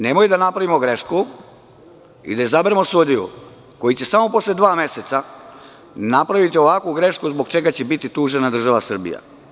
Nemoj da napravimo grešku i da izaberemo sudiju koji će samo posle dva meseca napraviti ovakvu grešku, zbog čega će biti tužena država Srbija.